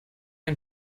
ein